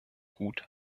gut